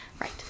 right